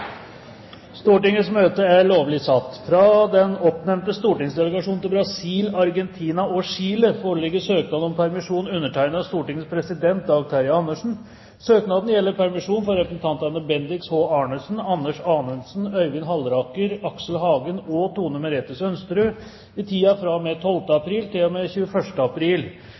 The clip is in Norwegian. Stortingets president Dag Terje Andersen. Søknaden gjelder permisjon for representantene Bendiks H. Arnesen, Anders Anundsen, Øyvind Halleraker, Aksel Hagen og Tone Merete Sønsterud i tiden fra og med 12. april til og 21. april,